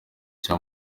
cya